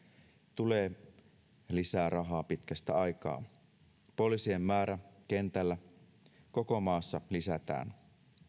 tulee lisää rahaa pitkästä aikaa poliisien määrää kentällä koko maassa lisätään